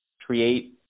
create